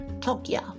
Tokyo